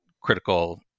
critical